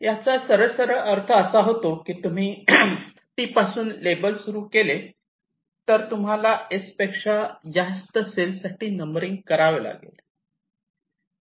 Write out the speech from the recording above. याचा सरळ सरळ अर्थ असा होतो की तुम्ही T पासून लेबल सुरू केले तर तुम्हाला S पेक्षा जास्त सेल साठी नंबरिंग करावे लागेल